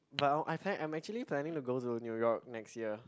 but I'm actually planning to go to New York next year